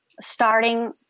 starting